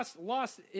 Lost